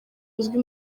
uzwi